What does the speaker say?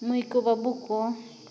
ᱢᱟᱹᱭ ᱠᱚ ᱵᱟ ᱵᱩ ᱠᱚ